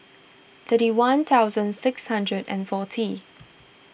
thirty one thousand six hundred and forty